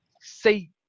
say